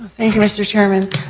thank you mr. chairman.